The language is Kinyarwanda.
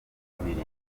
abiri